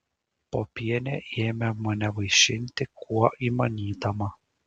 popienė ėmė mane vaišinti kuo įmanydama